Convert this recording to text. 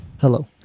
hello